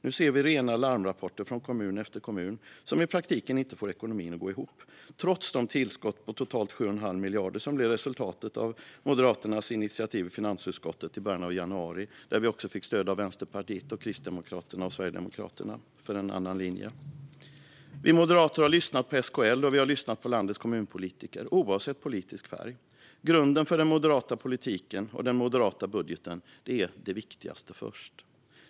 Nu ser vi rena larmrapporter från kommun efter kommun som i praktiken inte får ekonomin att gå ihop, trots de tillskott på totalt 7,5 miljarder som blev resultatet av Moderaternas initiativ i finansutskottet i början av januari, där vi också fick stöd av Vänsterpartiet, Kristdemokraterna och Sverigedemokraterna för en annan linje. Vi moderater har lyssnat på SKL och vi har lyssnat på landets kommunpolitiker, oavsett politisk färg. Grunden för den moderata politiken och den moderata budgeten är "det viktigaste först".